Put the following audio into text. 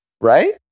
Right